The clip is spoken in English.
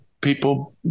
People